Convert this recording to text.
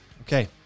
Okay